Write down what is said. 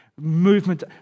movement